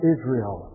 Israel